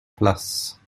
place